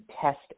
test